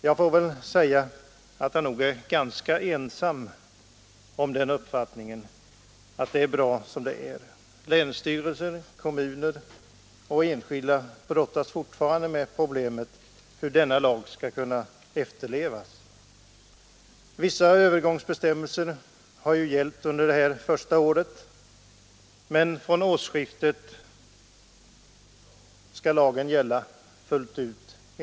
Han är nog ganska ensam om uppfattningen att det är bra som det är. Länsstyrelser, kommuner och enskilda brottas fortfarande med problemet hur denna lag skall kunna efterlevas. Vi övergångsbestämmelser har ju funnits under det här första året, men från årsskiftet skall lagen gälla fullt ut.